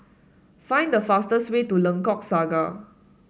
find the fastest way to Lengkok Saga